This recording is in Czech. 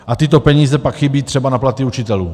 A tyto peníze pak chybí třeba na platy učitelů.